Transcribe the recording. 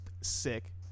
sick